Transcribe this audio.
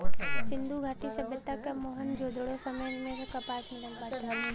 सिंधु घाटी सभ्यता क मोहन जोदड़ो समय से कपास मिलल बाटे